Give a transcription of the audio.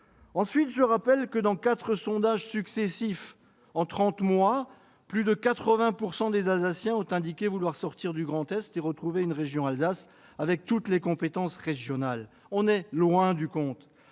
je rappelle que dans quatre sondages successifs réalisés en trente mois, plus de 80 % des Alsaciens ont indiqué vouloir sortir du Grand Est et retrouver une région Alsace avec toutes les compétences régionales. On est loin du compte